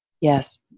Yes